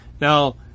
Now